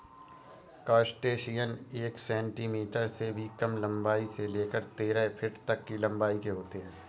crustacean एक centimetre से भी कम लंबाई से लेकर तेरह फीट तक की लंबाई के होते हैं